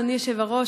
אדוני היושב-ראש,